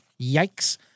Yikes